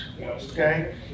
okay